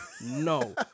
No